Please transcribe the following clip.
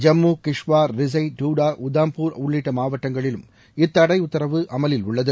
ஜம்மு கிஷ்வார் ரிசை டுடா உதாம்பூர் உள்ளிட்ட மாவட்டங்களிலும் இத்தடை உத்தரவு அமலில் உள்ளது